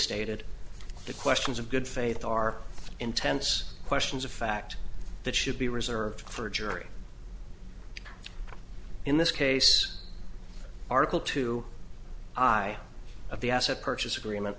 stated the questions of good faith are intense questions of fact that should be reserved for a jury in this case article two i of the asset purchase agreement